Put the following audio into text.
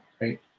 right